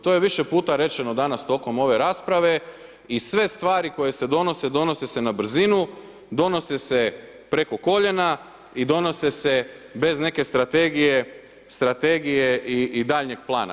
To je više puta rečeno danas tijekom ove rasprave i sve stvari koje se donose, donose se na brzinu, donose se preko koljena i donose se bez neke strategije i daljnjeg plana.